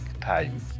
time